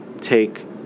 take